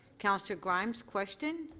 councillor grimes question.